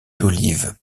d’olive